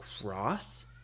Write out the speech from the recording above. cross